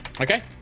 Okay